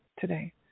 today